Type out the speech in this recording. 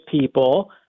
people